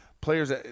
players